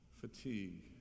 Fatigue